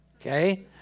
okay